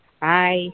Bye